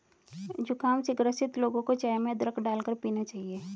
जुखाम से ग्रसित लोगों को चाय में अदरक डालकर पीना चाहिए